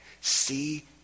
see